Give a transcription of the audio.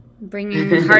Bringing